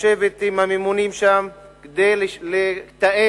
לשבת עם הממונים שם כדי לתאם